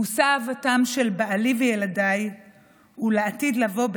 מושא אהבתם של בעלי וילדיי ולעתיד לבוא,